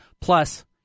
Plus